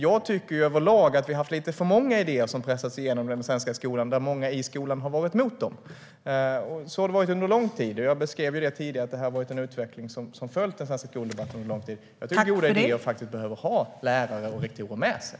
Jag tycker överlag att vi haft lite för många idéer som pressats igenom i den svenska skolan, och många i skolan har varit emot dem. Så har det varit under lång tid. Jag beskrev tidigare att det varit en sådan utveckling i den svenska skoldebatten under lång tid. Jag tycker att goda idéer behöver ha lärare och rektorer med sig.